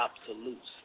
absolutes